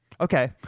Okay